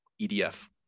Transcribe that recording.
EDF